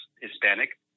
Hispanic